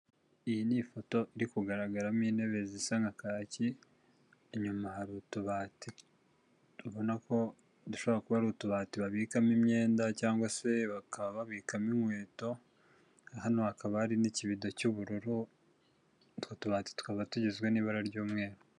Iyi ni ifoto iri kugaragaramo intebe zisa nka kacyi, inyuma hari utubati ubona ko dushobora kuba ari utubati babikamo imyenda cyangwa se bakaba babikamo inkweto, hano hakaba hari n'ikibido cy'ubururu, utwo tubati tukaba tugizwe n'ibara ry'umweru.